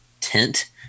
tent